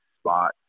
spot